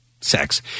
sex